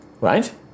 Right